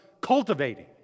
cultivating